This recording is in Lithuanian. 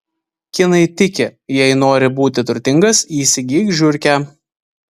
kinai tiki jei nori būti turtingas įsigyk žiurkę